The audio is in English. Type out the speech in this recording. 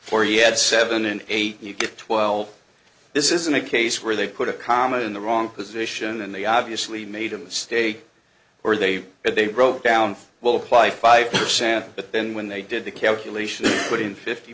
four you had seven and eight you get twelve this isn't a case where they put a comma in the wrong position and they obviously made a mistake or they if they wrote down will apply five percent but then when they did the calculation put in fifty